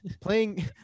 Playing